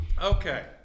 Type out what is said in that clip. Okay